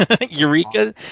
Eureka